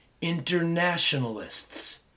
internationalists